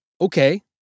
okay